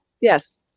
Yes